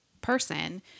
person